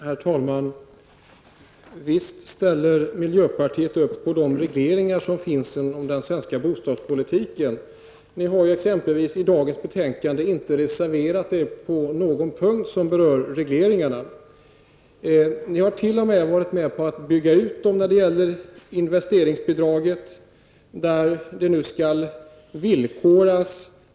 Herr talman! Visst ställer miljöpartiet upp på de regleringar som finns inom den svenska bostadspolitiken. Ni har exempelvis i dagens betänkande inte reserverat er på någon punkt som berör regleringarna. Ni har t.o.m. varit med på att bygga ut investeringsbidraget, som nu skall villkoras.